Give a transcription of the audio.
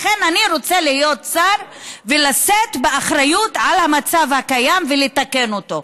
לכן אני רוצה להיות שר ולשאת באחריות למצב הקיים ולתקן אותו.